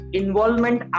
involvement